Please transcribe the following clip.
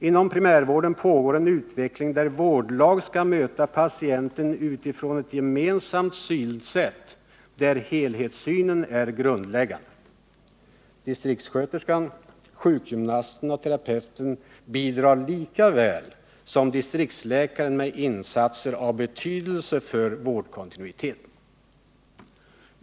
Inom primärvården pågår en utveckling där vårdlag skall möta patienten utifrån ett gemensamt synsätt, där helhetssynen är grundläggande. Distriktssköterskor, sjukgymnaster och terapeuter bidrar lika väl som distriktsläkaren med insatser av betydelse för vårdkontinuiteten.